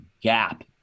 gap